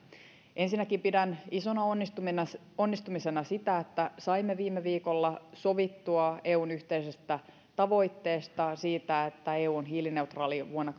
ensinnäkin pidän isona onnistumisena onnistumisena sitä että saimme viime viikolla sovittua eun yhteisestä tavoitteesta siitä että eu on hiilineutraali vuonna